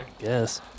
Yes